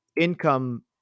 income